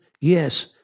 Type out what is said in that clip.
Yes